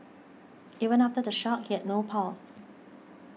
even after the shock he had no pulse